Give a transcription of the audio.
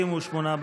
הצבעה.